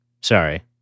Sorry